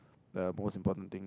the most important thing